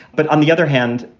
but on the other hand,